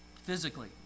Physically